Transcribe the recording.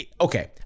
okay